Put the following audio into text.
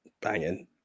banging